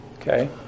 Okay